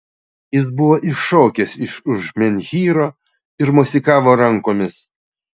jis buvo iššokęs iš už menhyro ir mosikavo rankomis